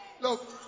Look